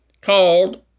called